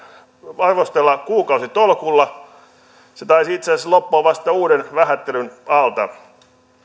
arvostella kuukausitolkulla se taisi itse asiassa loppua vasta uuden vähättelyn alta